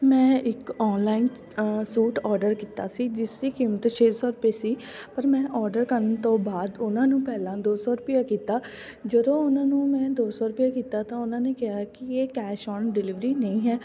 ਮੈਂ ਇੱਕ online suit order ਕੀਤਾ ਸੀ ਜਿਸਦੀ ਕੀਮਤ ਛੇ ਸੌ ਰੁਪਏ ਸੀ ਪਰ ਮੈਂ ਔਡਰ ਕਰਨ ਤੋਂ ਬਾਅਦ ਉਹਨਾਂ ਨੂੰ ਪਹਿਲਾਂ ਦੋ ਸੌ ਰੁਪਇਆ ਕੀਤਾ ਜਦੋਂ ਉਹਨਾਂ ਨੂੰ ਮੈਂ ਦੋ ਸੌ ਰੁਪਇਆ ਕੀਤਾ ਤਾਂ ਉਹਨਾਂ ਨੇ ਕਿਹਾ ਕੀ ਇਹ ਕੈਸ਼ ਔਨ ਡਿਲੀਵਰੀ ਨਹੀਂ ਹੈ